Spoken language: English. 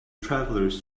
travelers